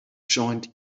joint